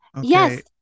Yes